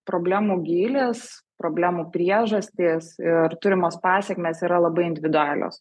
problemų gylis problemų priežastys ir turimos pasekmės yra labai individualios